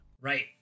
Right